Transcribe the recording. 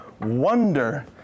Wonder